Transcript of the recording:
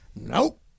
nope